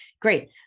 Great